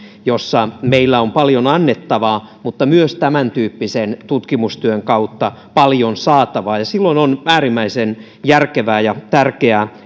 jossa meillä on paljon annettavaa mutta myös tämäntyyppisen tutkimustyön kautta paljon saatavaa ja silloin on äärimmäisen järkevää ja tärkeää